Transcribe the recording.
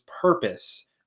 purpose